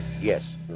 Yes